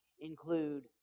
include